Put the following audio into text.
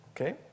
okay